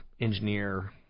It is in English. engineer